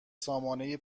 سامانه